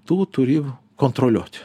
tu turi kontroliuot